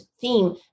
theme